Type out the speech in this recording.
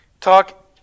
talk